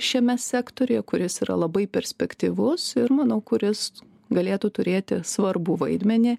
šiame sektoriuje kuris yra labai perspektyvus ir manau kuris galėtų turėti svarbų vaidmenį